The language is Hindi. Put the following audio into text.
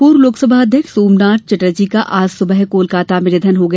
पूर्व लोकसभा अध्यक्ष सोमनाथ चटर्जी का आज सुबह कोलकाता में निधन हो गया